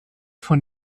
von